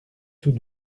tout